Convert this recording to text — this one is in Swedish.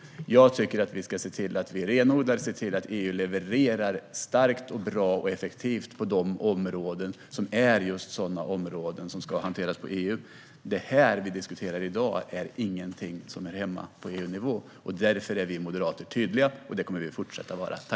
Jag tycker att vi ska se till att renodla och att vi ska se till att EU levererar starkt, bra och effektivt på de områden som ska hanteras på EU-nivå. Det som vi diskuterar i dag är ingenting som hör hemma på EU-nivå. Därför är vi moderater tydliga, och det kommer vi att fortsätta vara.